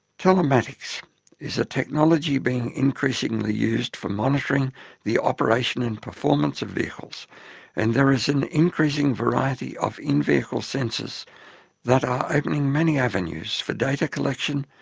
telematics is a technology being increasingly used for monitoring the operation and performance of vehicles and there is an increasing variety of in-vehicle sensors that are opening many avenues for data collection,